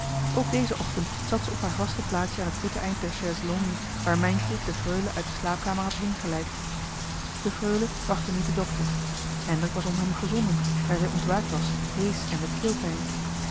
ook dezen ochtend zat ze op haar vaste plaatsje aan het voeteneind der chaise longue waar mijntje de freule uit de slaapkamer had heengeleid de freule wachtte nu den dokter hendrik was om hem gezonden daar zij ontwaakt was heesch en met